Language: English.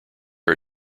are